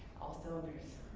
all cylinders.